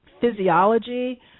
physiology